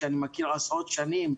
שאני מכיר עשרות שנים.